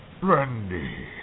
Brandy